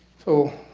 so